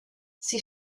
sie